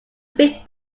big